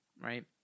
right